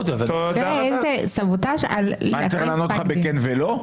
תראה איזה סבוטאז' על --- אני צריך לענות לך בכן ולא?